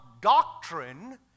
doctrine